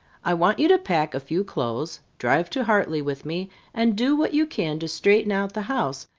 i want you to pack a few clothes, drive to hartley with me and do what you can to straighten out the house,